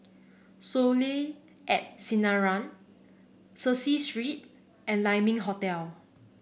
Soleil at Sinaran Cecil Street and Lai Ming Hotel